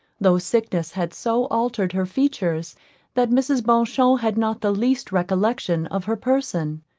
though sickness had so altered her features that mrs. beauchamp had not the least recollection of her person.